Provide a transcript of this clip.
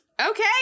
okay